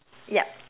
yup